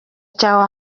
cyawe